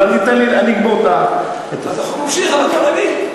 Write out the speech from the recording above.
אתה ממשיך, גם אני.